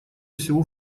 всего